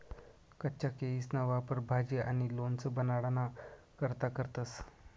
कच्चा केयीसना वापर भाजी आणि लोणचं बनाडाना करता करतंस